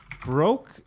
broke